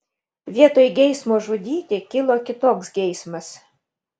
vietoj geismo žudyti kilo kitoks geismas